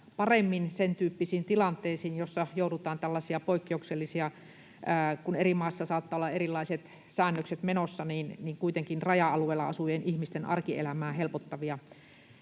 paremmin sentyyppisiin tilanteisiin, joissa joudutaan tekemään tällaisia poikkeuksellisia ja — kun eri maissa saattaa olla erilaiset säännökset menossa — kuitenkin raja-alueella asuvien ihmisten arkielämää helpottavia